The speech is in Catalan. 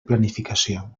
planificació